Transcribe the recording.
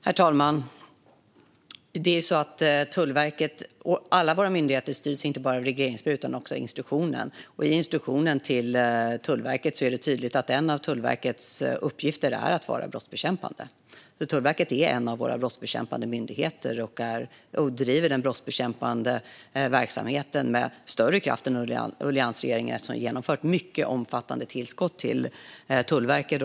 Herr talman! Tullverket och övriga myndigheter styrs inte bara av regleringsbrev utan också av instruktionen. I instruktionen till Tullverket är det tydligt att Tullverket är en av våra brottsbekämpande myndigheter som driver den brottsbekämpande verksamheten med större kraft än under alliansregeringen, eftersom vi har genomfört mycket omfattande tillskott till Tullverket.